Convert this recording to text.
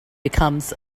becomes